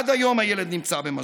עד היום הילד נמצא במשבר.